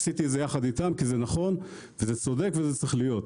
עשיתי את זה יחד איתם כי זה נכון וזה צודק וזה צריך להיות,